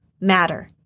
matter